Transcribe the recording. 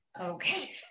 Okay